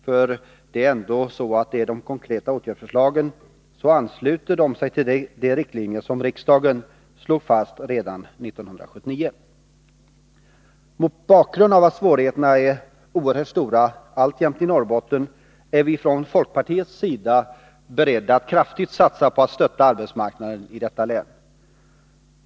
För det är ändå så att de konkreta åtgärdsförslagen ansluter sig till riktlinjer som slogs fast av riksdagen redan 1979. Mot bakgrund av att svårigheterna är oerhört stora alltjämt i Norrbotten är vi från folkpartiets sida beredda att kraftigt satsa på att stötta arbetsmarknaden i detta län.